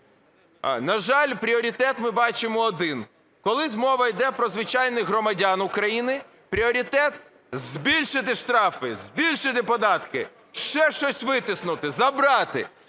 На жаль, пріоритет ми бачимо один. Коли мова йде про звичайних громадян України, пріоритет – збільшити штрафи, збільшити податки, ще щось витиснути, забрати.